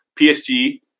PSG